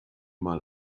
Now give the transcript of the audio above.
mal